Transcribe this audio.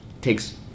takes